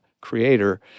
creator—